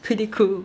pretty cool